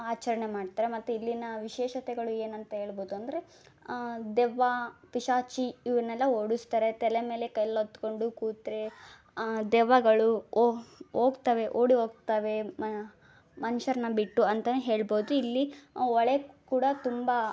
ಆಚರಣೆ ಮಾಡ್ತಾರೆ ಮತ್ತೆ ಇಲ್ಲಿನ ವಿಶೇಷತೆಗಳು ಏನಂತ ಹೇಳ್ಬೋದು ಅಂದರೆ ದೆವ್ವ ಪಿಶಾಚಿ ಇವನ್ನೆಲ್ಲ ಓಡಿಸ್ತಾರೆ ತಲೆ ಮೇಲೆ ಕಲ್ಹೊತ್ಕೊಂಡು ಕೂತರೆ ದೆವ್ವಗಳು ಹೋಗ್ತವೆ ಓಡಿ ಹೋಗ್ತವೆ ಮನುಷ್ಯರ್ನ ಬಿಟ್ಟು ಅಂತ ಹೇಳ್ಬೋದು ಇಲ್ಲಿ ಹೊಳೆ ಕೂಡ ತುಂಬ